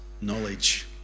knowledge